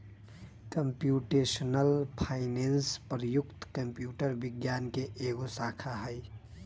computational finance प्रयुक्त computer विज्ञान के एगो शाखा हइ